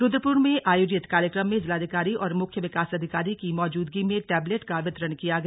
रुद्रपुर में आयोजित कार्यक्रम में जिलाधिकारी और मुख्य विकास अधिकारी की मौजूदगी में टैबलेट का वितरण किया गया